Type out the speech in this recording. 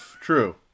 True